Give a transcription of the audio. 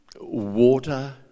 water